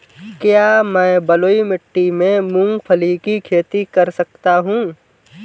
क्या मैं बलुई मिट्टी में मूंगफली की खेती कर सकता हूँ?